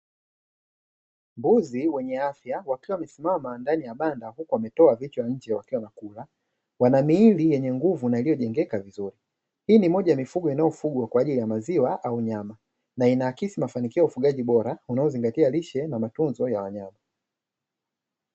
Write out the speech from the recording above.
Mbuzi wenye afya wakiwa wamesimama ndani ya banda huku wametoa vichwa nje wakiwa wanakula, wana miili yenye nguvu na imejengeka vizuri. Hii ni moja ya mifugo inayofugwa kwa ajili ya maziwa au nyama na inaakisi mafanikio ya ufugaji bora unaozingatia lishe na matunzo ya wanyama.